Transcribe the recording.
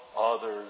others